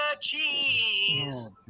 cheese